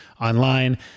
online